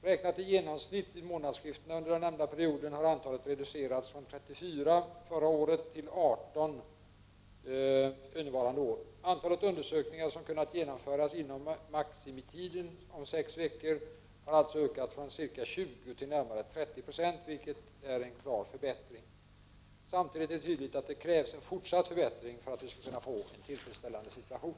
Räknat i genomsnitt vid månadsskiftena under den nämnda perioden har antalet reducerats från 34 förra året till 18 innevarande år. Antalet undersökningar som kunnat genomföras inom maximitiden om sex veckor har också ökat från ca 20 96 till närmare 30 96, vilket alltså är en klar förbättring för att vi skall kunna få en tillfredsställande situation.